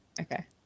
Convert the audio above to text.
Okay